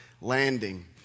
landing